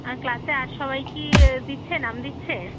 আর ক্লাসে আর সবাই কি দিচ্ছে নাম দিচ্ছে